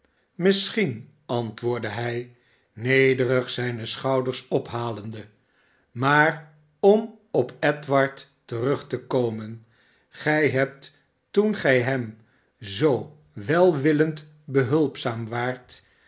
misschien antwoordde hij nederig zijne schouders ophalende maar om op edward terug te komen gij hebt toen gij hem zoo welwillend behulpzaam waart